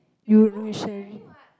you with Cherry